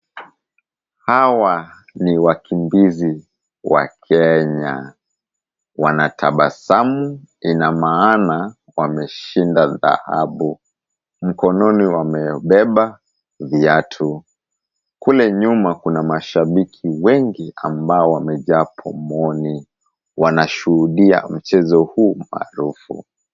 Hawa ni wakimbizi wa Kenya. Wanatabasamu, ina maana wameshinda dhahabu. Mkononi wamebeba viatu. Kule nyuma kuna mashabiki wengi, ambao wamejaa pomoni. Wanashuhudia mchezo huu maarufu.